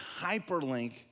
hyperlink